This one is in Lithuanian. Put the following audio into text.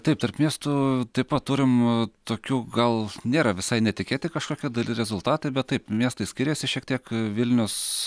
taip tarp miestų taip pat turim tokių gal nėra visai netikėti kažkoki dali rezultatai bet taip miestai skiriasi šiek tiek vilnius